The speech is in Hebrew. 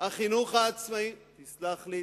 החינוך העצמאי, תסלח לי.